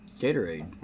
Gatorade